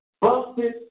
busted